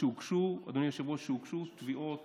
בעולם, אדוני היושב-ראש, שהוגשו בהן תביעות